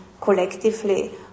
collectively